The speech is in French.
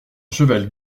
cheval